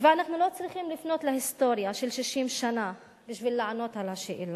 ואנחנו לא צריכים לפנות להיסטוריה של 60 שנה כדי לענות על השאלה.